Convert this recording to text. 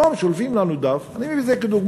טוב, שולפים לנו דף, אני מביא את זה כדוגמה,